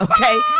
okay